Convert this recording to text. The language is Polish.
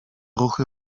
ruchy